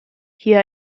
hier